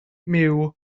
myw